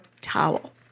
towel